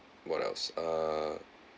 what else ah